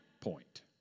point